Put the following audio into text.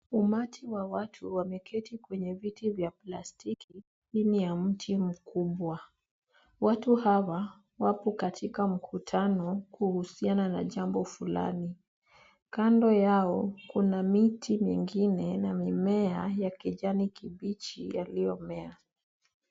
Umati wa watu wameketi kwenye viti vya plastiki chini ya mti mkubwa watu hawa wapo katika mkutano kuhusiana na jambo fulani kando yao kuna miti mingine na mimea ya kijani kibichi yaliomea.